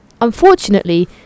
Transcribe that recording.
Unfortunately